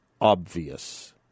obvious